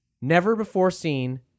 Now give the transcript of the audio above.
never-before-seen